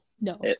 No